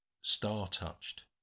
star-touched